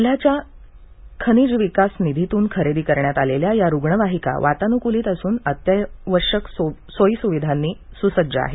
जिल्ह्याच्या खनिज विकास निधीतून खरेदी करण्यात आलेल्या या रुग्णवाहीका वातानुकुलीत असून अत्यावश्यक सोईसुविधानी सुसज्ज आहेत